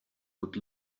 would